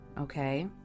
okay